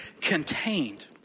contained